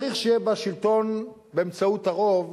צריך שיהיה בה שלטון באמצעות הרוב,